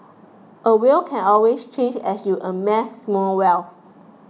a will can always change as you amass more wealth